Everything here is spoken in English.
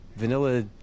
Vanilla